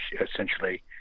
essentially